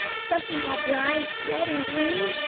something all bright! red and green!